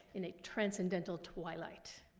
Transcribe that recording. in a transcendental twilight.